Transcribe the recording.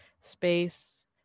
space